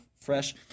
fresh